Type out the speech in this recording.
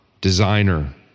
designer